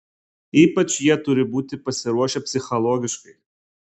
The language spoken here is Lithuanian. ypač jie turi būti pasiruošę psichologiškai